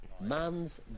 Man's